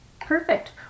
perfect